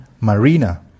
Marina